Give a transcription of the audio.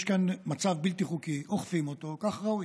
יש כאן מצב בלתי חוקי, אוכפים אותו, וכך ראוי.